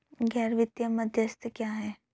गैर वित्तीय मध्यस्थ क्या हैं?